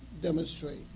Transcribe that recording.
demonstrate